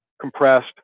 Compressed